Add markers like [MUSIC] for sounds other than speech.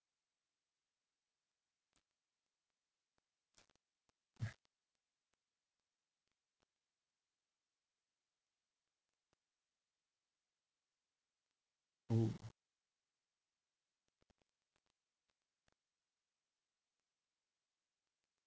[LAUGHS] orh